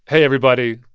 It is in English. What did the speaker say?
hey, everybody.